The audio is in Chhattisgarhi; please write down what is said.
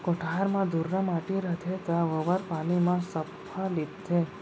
कोठार म धुर्रा माटी रथे त गोबर पानी म सफ्फा लीपथें